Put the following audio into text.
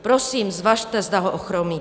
Prosím, zvažte, zda ho ochromíte.